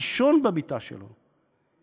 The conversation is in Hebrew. לישון במיטה שלו,